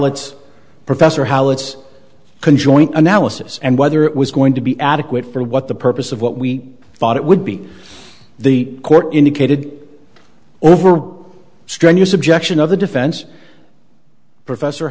let's professor how it's can joint analysis and whether it was going to be adequate for what the purpose of what we thought it would be the court indicated over strenuous objection of the defense professor